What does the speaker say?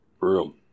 room